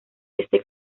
este